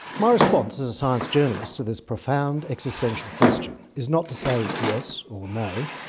my response as a science journalist to this profound existential question is not to say yes or no,